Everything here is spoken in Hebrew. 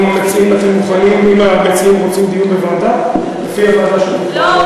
אנחנו מציעים לכם, אם המציעים רוצים בוועדה, לא,